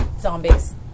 zombies